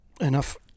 enough